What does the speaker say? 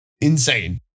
Insane